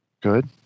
Good